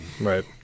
Right